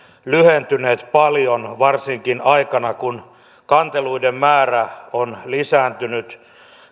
lyhentyneet paljon varsinkin aikana kun kanteluiden määrä on lisääntynyt